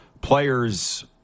players